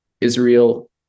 Israel